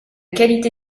qualité